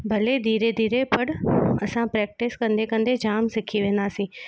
भली धीरे धीरे पर असां प्रैक्टिस कंदे कंदे जाम सिखी वेंदासीं